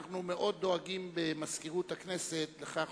אנחנו במזכירות הכנסת מאוד דואגים לכך